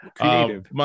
creative